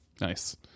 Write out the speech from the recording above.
Nice